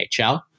NHL